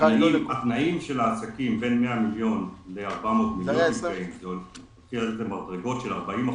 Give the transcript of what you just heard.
התנאים של העסקים בין 100 מיליון ל-400 מיליון המדרגות של 40%,